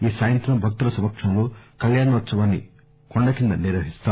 ఈ సాయంత్రం భక్తుల సమక్షంలో కల్యాణోత్సవాన్ని కొండ కింద నిర్వహిస్తారు